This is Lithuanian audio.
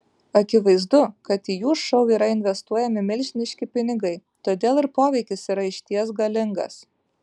akivaizdu kad į jų šou yra investuojami milžiniški pinigai todėl ir poveikis yra išties galingas